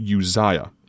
Uzziah